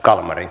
oaj